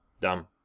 Dumb